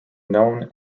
known